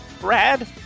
Brad